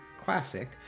classic